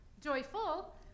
joyful